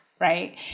right